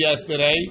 yesterday